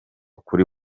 kuri